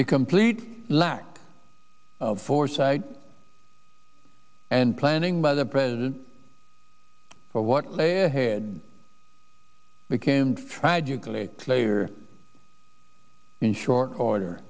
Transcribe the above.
a complete lie foresight and planning by the president for what lay ahead became tragically player in short order